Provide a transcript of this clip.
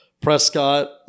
Prescott